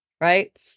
right